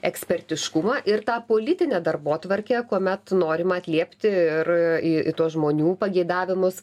ekspertiškumą ir tą politinę darbotvarkę kuomet norima atliepti ir į tuos žmonių pageidavimus